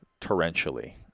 torrentially